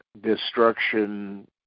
destruction